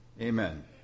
Amen